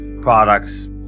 products